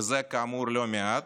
וזה כאמור לא מעט,